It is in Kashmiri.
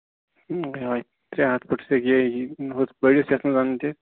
یِہَے ترٛےٚ ہَتھ فٔٹہٕ سٮ۪کہِ یِتھٕ پٲٹھۍ یتھ منٛز اَنٕنۍ چھِ